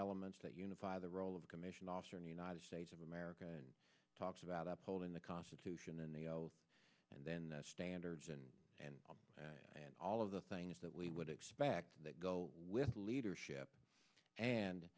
elements that unify the role of a commissioned officer in the united states of america talks about upholding the constitution and they and then that standards and and and all of the things that we would expect that go with the leadership and